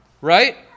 right